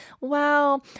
Wow